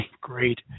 great